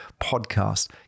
podcast